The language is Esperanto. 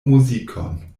muzikon